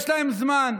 יש להם זמן.